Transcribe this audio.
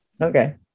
Okay